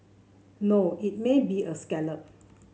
no it may be a scallop